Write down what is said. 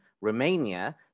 Romania